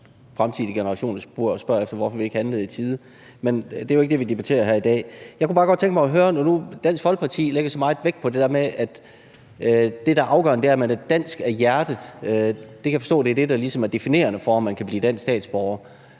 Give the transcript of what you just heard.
fremtidige generationer spørger om, hvorfor vi ikke handlede i tide – men det er jo ikke det, vi debatterer her i dag. Jeg kunne bare godt tænke mig at høre: Dansk Folkeparti lægger så meget vægt på det der med, at man er dansk af hjerte, for jeg kan forstå, at det er det, der ligesom er definerende for, om man kan blive dansk statsborger.